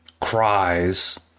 cries